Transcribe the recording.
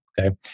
Okay